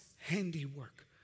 handiwork